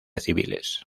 civiles